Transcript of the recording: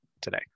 today